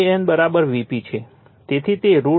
તેથી તે √ 3 time Vp હશે